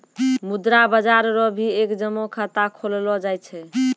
मुद्रा बाजार रो भी एक जमा खाता खोललो जाय छै